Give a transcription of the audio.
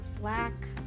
black